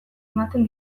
ematen